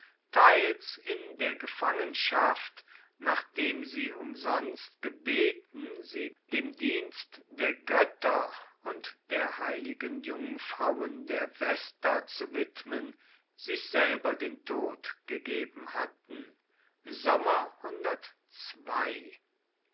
teils in der gefangenschaft nachdem sie umsonst gebeten sie dem dienst der götter und der heiligen jungfrauen der vesta zu widmen sich selber den tod gegeben hatten